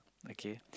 okay